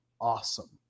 awesome